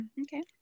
Okay